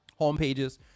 homepages